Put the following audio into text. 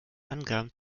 angaben